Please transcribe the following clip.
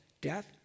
Death